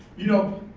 you know,